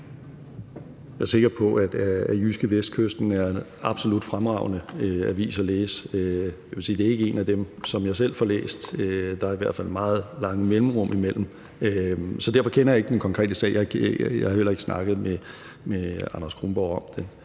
Jeg er sikker på, at JydskeVestkysten er en absolut fremragende avis at læse. Jeg vil sige, at det ikke er en af dem, som jeg selv får læst; der er i hvert fald meget lange mellemrum imellem. Derfor kender jeg ikke den konkrete sag, og jeg har heller ikke snakket med Anders Kronborg om det,